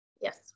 Yes